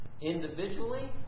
individually